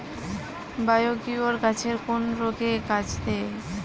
Biocure গাছের কোন রোগে কাজেদেয়?